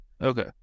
Okay